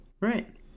right